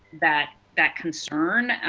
that that concern,